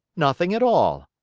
nothing at all.